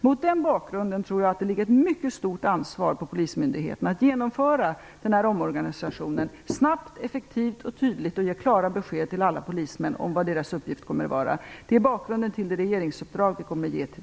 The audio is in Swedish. Mot den bakgrunden tror jag att det ligger ett mycket stort ansvar på polismyndigheterna att genomföra denna omorganisation snabbt, effektivt och tydligt och att ge klara besked till alla polismän om vad deras uppgifter kommer att vara. Det är bakgrunden till det regeringsuppdrag som vi kommer att ge till